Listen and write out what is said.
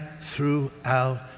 throughout